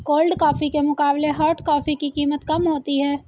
cold coffee के मुकाबले hot coffee की कीमत कम होती है